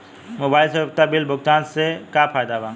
Mobile से उपयोगिता bill भुगतान से का फायदा बा?